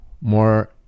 more